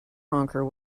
honker